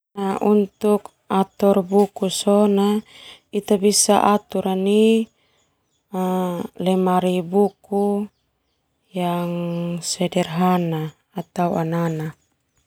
Untuk ator buku sona ita bisa ator nai lemari buku yang sederhana atau anana.